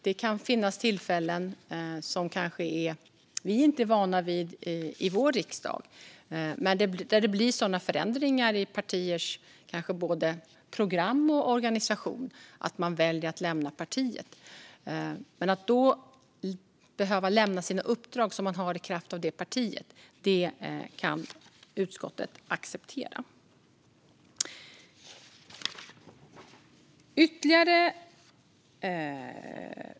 Det kan finnas tillfällen som vi kanske inte är vana vid i vår riksdag men där det blir sådana förändringar i partiers både program och organisation att man väljer att lämna partiet. Att man då behöver lämna sina uppdrag som man har i kraft av medlem av det partiet kan utskottet acceptera.